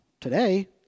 today